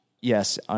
yes